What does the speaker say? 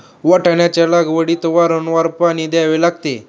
वाटाण्याच्या लागवडीत वारंवार पाणी द्यावे लागते